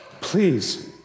please